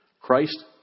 Christ